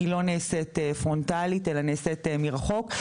היא לא נעשית פרונטלית אלא נעשית מרחוק.